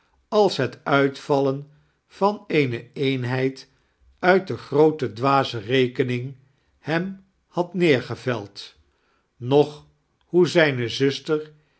als het uitvallen van eene eenheid uit de groote dwaze rekening hem had ineergeveld noch hoe zijne zuster